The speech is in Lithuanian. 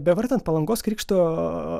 bevartant palangos krikšto